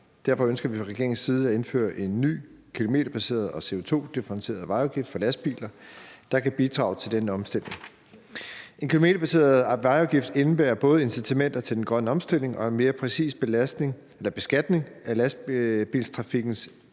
Derfor ønsker vi fra regeringens side at indføre en ny kilometerbaseret og CO2-differentieret vejafgift for lastbiler, der kan bidrage til denne omstilling. En kilometerbaseret vejafgift indebærer både incitamenter til den grønne omstilling og er en mere præcis beskatning af lastbiltrafikkens